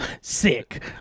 Sick